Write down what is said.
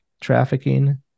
trafficking